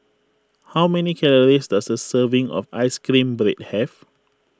how many calories does a serving of Ice Cream Bread have